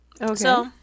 Okay